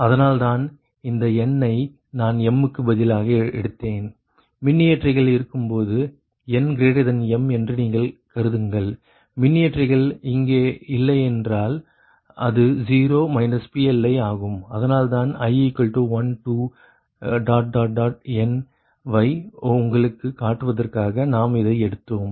அதனால்தான் இந்த n ஐ நான் m க்கு பதிலாக எடுத்தேன் மின்னியற்றிகள் இருக்கும் போது nm என்று நீங்கள் கருதுங்கள் மின்னியற்றிகள் அங்கே இல்லையென்றால் இது 0 PLi ஆகும் அதனால் தான் i12n வை உங்களுக்கு காட்டுவதற்காக நாம் இதை எடுத்தோம்